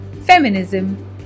Feminism